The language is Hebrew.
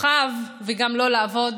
כוכב וגם לא לעבוד